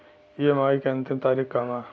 EMI के अंतिम तारीख का बा?